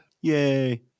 Yay